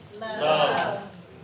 Love